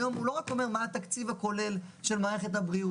היום הוא לא רק אומר מה התקציב הכולל של מערכת הבריאות,